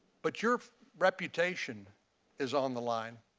but your reputation is on the line.